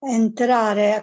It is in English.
entrare